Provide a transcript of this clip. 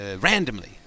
randomly